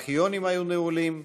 הארכיונים היו נעולים,